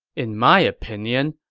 in my opinion,